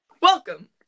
Welcome